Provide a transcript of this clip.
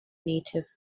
native